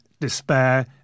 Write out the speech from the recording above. despair